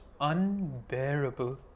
unbearable